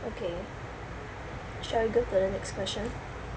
okay shall we go to the next question